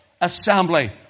assembly